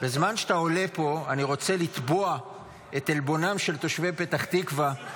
בזמן שאתה עולה לפה אני רוצה לתבוע את עלבונם של תושבי פתח תקווה,